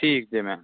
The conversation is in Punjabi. ਠੀਕ ਹੈ ਮੈਮ